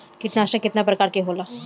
कीटनाशक केतना प्रकार के होला?